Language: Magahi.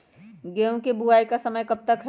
गेंहू की बुवाई का समय कब तक है?